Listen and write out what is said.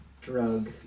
drug